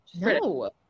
No